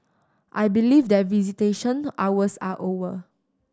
I believe that visitation hours are over